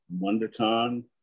WonderCon